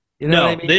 No